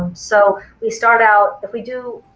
so we start out if we do